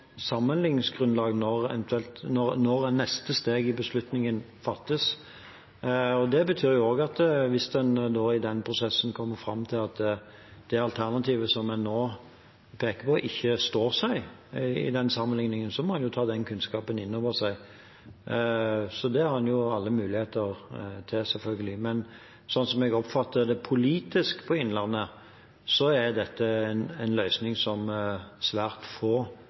når neste steg i beslutningen fattes. Det betyr jo også at hvis man i den prosessen kommer fram til at det alternativet som man nå peker på, ikke står seg i den sammenhengen, må man ta den kunnskapen inn over seg. Det har vi alle muligheter til, selvfølgelig. Men slik jeg oppfatter det politisk når det gjelder Innlandet, er dette en løsning som svært få